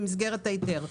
במסגרת ההיתר.